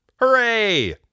Hooray